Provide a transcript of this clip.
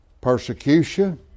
persecution